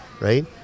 right